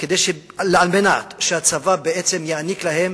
על מנת שהצבא בעצם יעניק להם